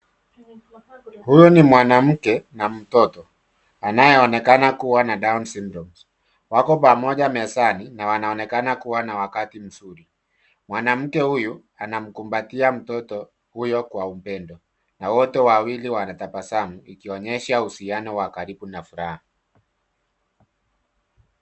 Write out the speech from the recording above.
Huyo ni mwanamke na mtoto, anayeonekana kuwa na Down syndrome . Wako pamoja mezani na wanaonekana kuwa na wakati mzuri. Mwanamke huyo anamkumbatia mtoto huyo kwa upendo, na wote wawili wanatabasamu, ikionyesha uhusiano wa karibu na furaha.